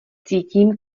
cítím